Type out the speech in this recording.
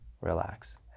relax